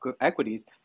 equities